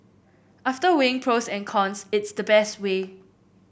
after weighing pros and cons it's the best way